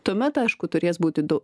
tuomet aišku turės būti du